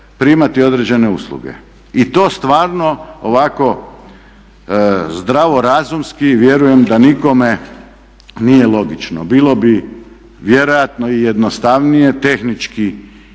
primati određene usluge i to stvarno ovako zdravo razumski vjerujem da nikome nije logično. Bilo bi vjerojatno i jednostavnije, tehnički